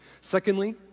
Secondly